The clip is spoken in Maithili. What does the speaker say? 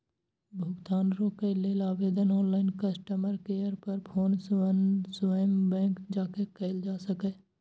भुगतान रोकै लेल आवेदन ऑनलाइन, कस्टमर केयर पर फोन सं स्वयं बैंक जाके कैल जा सकैए